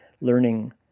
learning